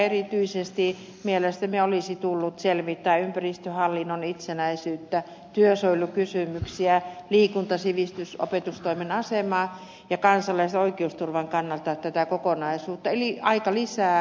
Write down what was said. erityisesti mielestämme olisi tullut selvittää ympäristöhallinnon itsenäisyyttä työsuojelukysymyksiä liikunta sivistys opetustoimen asemaa ja kansalaisen oikeusturvan kannalta tätä kokonaisuutta eli ottaa aikalisää